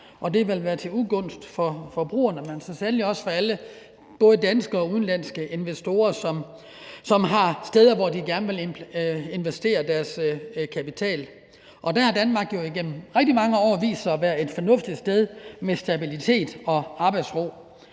det vil være til ugunst for forbrugerne, men så sandelig også for alle både danske og udenlandske investorer, som har steder, hvor de gerne vil investere deres kapital. Der har Danmark jo igennem rigtig mange år vist sig at være et fornuftigt sted med stabilitet og arbejdsro,